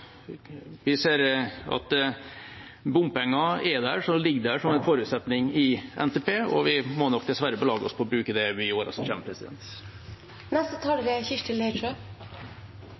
vi at bompenger er der og ligger der som en forutsetning i NTP, og vi må nok dessverre belage oss på å bruke det i årene som